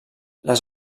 les